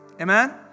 Amen